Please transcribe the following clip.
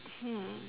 hmm